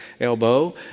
elbow